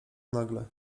nagle